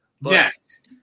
Yes